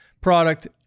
product